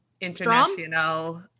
international